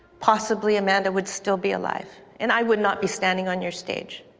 possibly amanda would still be alive and i would not be standing on your stage.